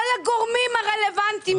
כל הגורמים הרלוונטיים.